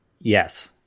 Yes